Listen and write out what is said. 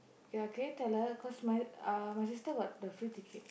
ya can you tell her cause my uh my sister got the free ticket